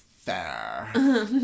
fair